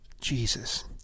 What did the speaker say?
Jesus